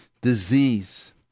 disease